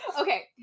Okay